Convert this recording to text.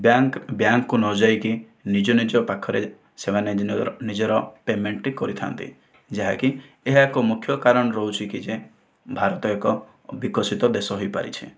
bank ବ୍ୟାଙ୍କକୁ ନଯାଇ କି ନିଜ ନିଜ ପାଖରେ ସେମାନେ ନିଜର ନିଜର ପେମେଣ୍ଟଟି କରିଥାଆନ୍ତି ଯାହାକି ଏହା ଏକ ମୁଖ୍ୟ କାରଣ ରହୁଛି କି ଯେ ଭାରତ ଏକ ବିକଶିତ ଦେଶ ହେଇପାରିଛି